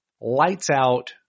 lights-out